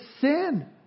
sin